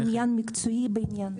זה עניין מקצועי בעניין.